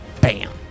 bam